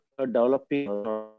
developing